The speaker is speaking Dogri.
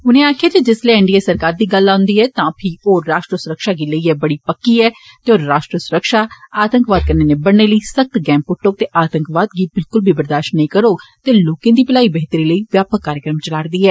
उनें आक्खेआ जे जिसले एन डी ए सरकार दी गल्ल औन्दी ए तां फीह् ओ राश्ट्र सुरक्षा गी लेइए बड़ी पक्की ऐ ते ओ राश्ट्र सुरक्षा आतंकवाद कन्नै निबडने लेई सख्त गैऽ पुट्टौग ते आतंकवाद गी बिलकुल बी वरदाषत नेई करौग ते लोकें दी भलाई बेहतरी लेई व्यापक कार्यक्रम चला रदी ऐ